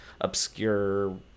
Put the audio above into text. obscure